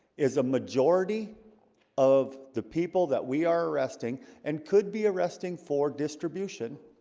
is a majority of the people that we are arresting and could be arresting for distribution